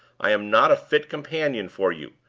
i am not a fit companion for you.